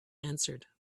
answered